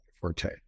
forte